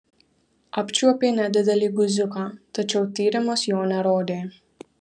apčiuopė nedidelį guziuką tačiau tyrimas jo nerodė